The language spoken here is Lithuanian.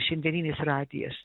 šiandieninis radijas